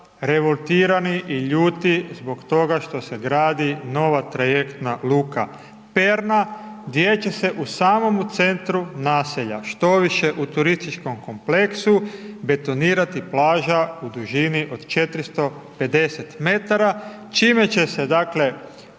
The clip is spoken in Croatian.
revoltirani i ljuti zbog toga što se gradi nova trajektna luka Perna gdje će se u samom centru naselja štoviše, u turističkom kompleksu betonirati plaža u dužini od 450 m čime će se dakle